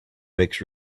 makes